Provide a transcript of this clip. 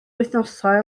wythnosau